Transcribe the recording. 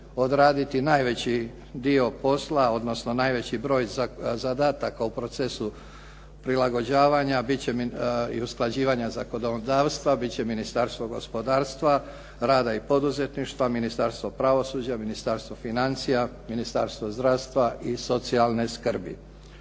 odraditi najveći dio posla, odnosno najveći broj zadataka u procesu prilagođavanja i usklađivanja zakonodavstva biti će Ministarstvo gospodarstva, rada i poduzetništva, Ministarstvo pravosuđa, Ministarstvo financija, Ministarstvo zdravstva i socijalne skrbi.